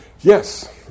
Yes